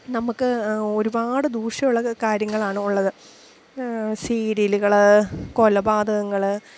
നമുക്ക് ഒരുപാട് ദൂഷ്യമുള്ള കാര്യങ്ങളാണ് ഉള്ളത് സീരിയലുകള് കൊലപാതകങ്ങള്